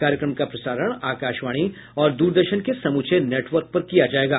कार्यक्रम का प्रसारण आकाशवाणी और द्रदर्शन के समूचे नेटवर्क पर किया जाएगा